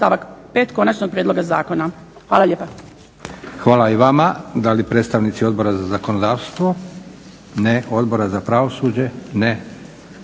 Hvala i vama. Da li predstavnici Odbora za zakonodavstvo? Ne. Odbora za pravosuđe? Ne.